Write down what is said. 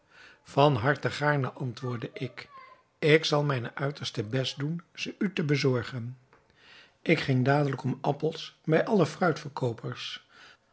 van harte gaarne antwoordde ik ik zal mijn uiterste best doen ze u te bezorgen ik ging dadelijk om appels bij alle